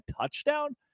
touchdown